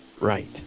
Right